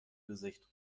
gesicht